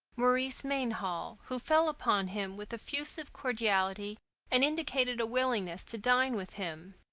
maurice mainhall, who fell upon him with effusive cordiality and indicated a willingness to dine with him.